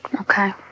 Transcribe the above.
Okay